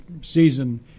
season